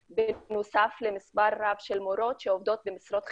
בנוסף למספר רב של מורות שעובדות במשרות חלקיות.